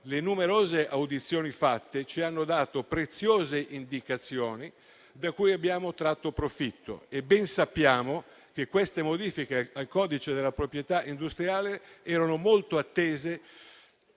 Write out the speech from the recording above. Le numerose audizioni svolte ci hanno dato preziose indicazioni, da cui abbiamo tratto profitto, e ben sappiamo che queste modifiche al codice della proprietà industriale erano molto attese